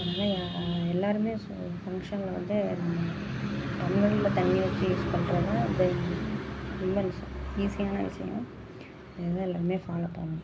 எல்லாருமே ஃபங்க்ஷனில் வந்து டம்பளரில் தண்ணிய வச்சு யூஸ் பண்ணுறாங்க தென் நல்ல விஷயம் ஈஸியான விஷயம் இதைதான் எல்லாருமே ஃபாலோ பண்ணணும்